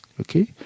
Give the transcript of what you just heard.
okay